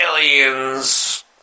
aliens